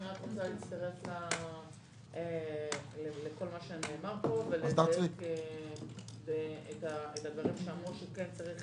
אני רוצה להצטרף לכל מה שנאמר פה ומצטרפת לאמירה שצריך